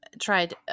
tried